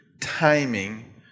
timing